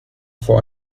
for